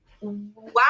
wow